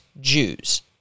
Jews